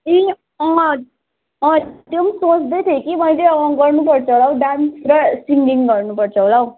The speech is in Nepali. ए अँ अँ त्यो पनि सोच्दै थिएँ कि मैले अँ गर्नुपर्छ होला हौ डान्स र सिङ्गिङ गर्नुपर्छ होला हौ